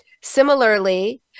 Similarly